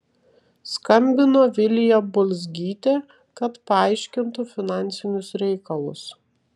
skambino vilija bulzgytė kad paaiškintų finansinius reikalus